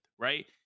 right